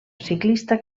ciclista